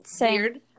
weird